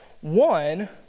one